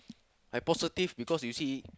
like positive cause you see